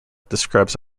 describes